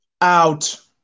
Out